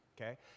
okay